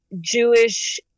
Jewish